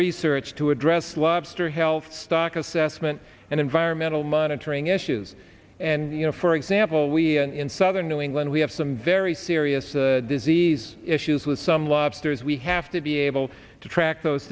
research to address lobster health stock assessment and environmental monitoring issues and you know for example we in southern new england we have some very serious disease issues with some lobsters we have to be able to track those